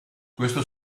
questo